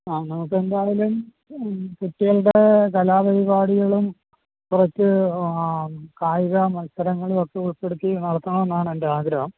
ആ നമുക്കെന്തായാലും കുട്ടികളുടെ കലാ പരിപാടികളും കുറച്ച് ആ കായിക മത്സരങ്ങളുവൊക്കെ ഉൾപ്പെടുത്തി നടത്തണമെന്നാണ് എൻ്റെ ആഗ്രഹം